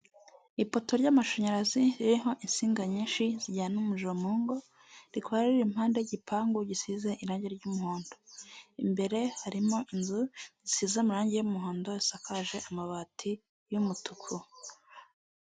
Ipoto ry'amashanyarazi ririho insinga nyinshi zijyana umuriro mu ngo, rikaba riri impande y'igipangu gisize irangi ry'umuhondo, imbere harimo inzu isize amarangi y'umuhondo isakaje amabati y'umutuku.